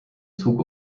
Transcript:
zug